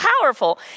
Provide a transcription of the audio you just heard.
powerful